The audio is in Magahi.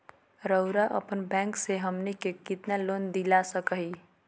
रउरा अपन बैंक से हमनी के कितना लोन दिला सकही?